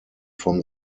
from